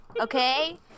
Okay